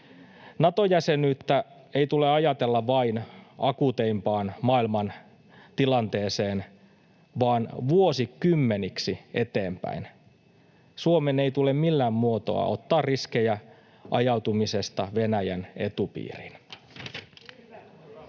Nato-jäsenyyttä ei tule ajatella vain akuuteimpaan maailmantilanteeseen vaan vuosikymmeniksi eteenpäin. Suomen ei tule millään muotoa ottaa riskejä ajautumisesta Venäjän etupiiriin.